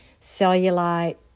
cellulite